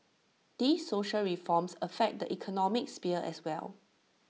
these social reforms affect the economic sphere as well